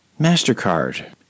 MasterCard